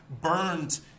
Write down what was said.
burned